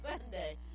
Sunday